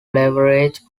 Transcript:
leverage